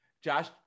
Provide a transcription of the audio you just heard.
Josh